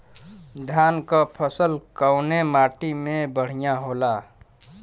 धान क फसल कवने माटी में बढ़ियां होला?